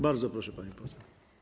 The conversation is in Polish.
Bardzo proszę, pani poseł.